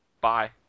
bye